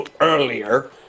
earlier